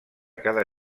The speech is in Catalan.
cada